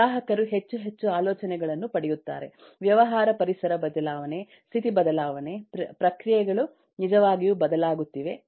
ಗ್ರಾಹಕರು ಹೆಚ್ಚು ಹೆಚ್ಚು ಆಲೋಚನೆಗಳನ್ನು ಪಡೆಯುತ್ತಾರೆ ವ್ಯವಹಾರ ಪರಿಸರ ಬದಲಾವಣೆ ಸ್ಥಿತಿ ಬದಲಾವಣೆ ಪ್ರಕ್ರಿಯೆಗಳು ನಿಜವಾಗಿಯೂ ಬದಲಾಗುತ್ತಿವೆ